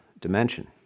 dimension